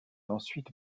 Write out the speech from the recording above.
ensuite